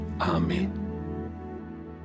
amen